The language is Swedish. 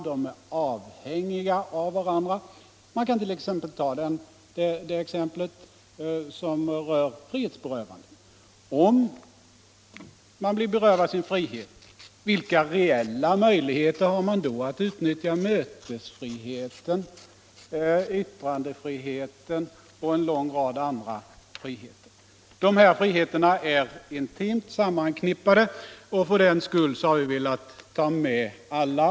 De är avhängiga av varandra. Vi kan t.ex. ta frihetsberövandet. Om man berövas sin frihet, vilka reella möjligheter har man då att utnyttja mötesfriheten, yttrandefriheten och en lång rad andra friheter? Nej, dessa friheter är intimt sammanknippade och för den skull har vi velat ta med alla.